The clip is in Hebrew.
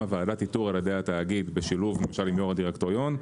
ועדת איתור על ידי התאגיד בשילוב יו"ר הדירקטוריון,